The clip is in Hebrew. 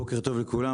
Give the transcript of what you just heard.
בוקר טוב לכולם.